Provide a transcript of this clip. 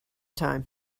time